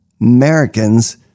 Americans